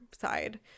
side